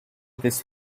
this